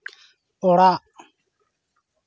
ᱚᱲᱟᱜ